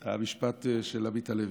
המשפט של עמית הלוי.